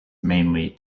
mainly